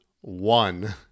one